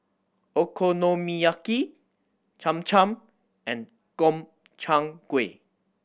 Okonomiyaki Cham Cham and Gobchang Gui